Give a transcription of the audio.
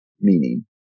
meaning